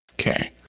Okay